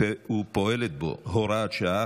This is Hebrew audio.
ופעולה בו (הוראת שעה,